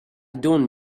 don’t